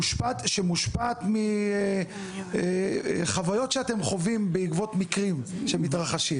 ומושפעת מחוויות שאתם חווים בעקבות מקרים שמתרחשים.